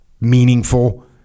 meaningful